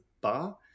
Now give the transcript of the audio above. bar